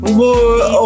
more